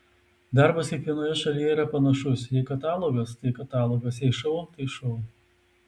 darbas kiekvienoje šalyje yra panašus jei katalogas tai katalogas jei šou tai šou